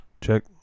check